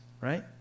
right